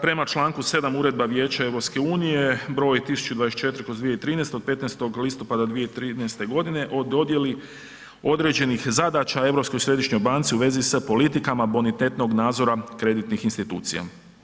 Prema čl. 7. Uredba Vijeća EU br. 1024/2013 od 15. listopada 2013.g. o dodijeli određenih zadaća Europskoj središnjoj banci u vezi sa politikama bonitetnog nadzora kreditnih institucija.